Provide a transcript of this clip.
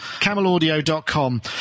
CamelAudio.com